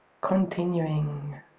continuing